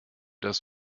das